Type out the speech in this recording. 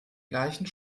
gleichen